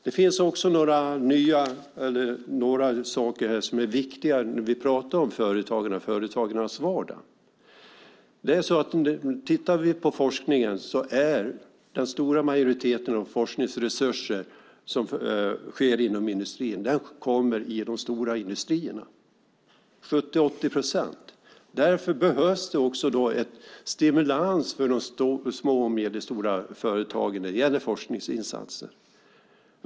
Det finns också några saker som är viktiga när vi pratar om företagarna och företagarnas vardag. Tittar vi på forskningen kommer den stora majoriteten av forskningsresurserna i de stora industrierna. Det handlar om 70-80 procent. Därför behövs det också en stimulans för de små och medelstora företagen när det gäller forskningsinsatser.